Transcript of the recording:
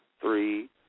three